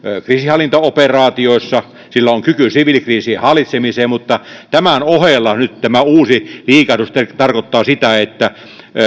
kriisinhallintaoperaatioissa sillä on kyky siviilikriisien hallitsemiseen mutta tämän ohella nyt tämä uusi liikahdus tarkoittaa sitä että